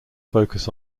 focus